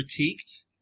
critiqued